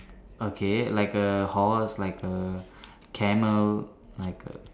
okay like a horse like a camel like a